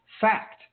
fact